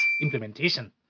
implementation